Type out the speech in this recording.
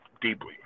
deeply